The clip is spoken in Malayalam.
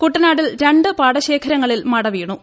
കുട്ടനാടിൽ രണ്ട് പാടശേഖരങ്ങളിൽ മടവീണു